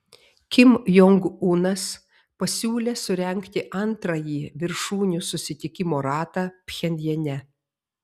kim jong unas pasiūlė surengti antrąjį viršūnių susitikimo ratą pchenjane